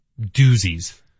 doozies